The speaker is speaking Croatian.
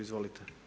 Izvolite.